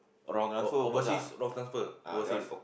oh overseas wrong transfer overseas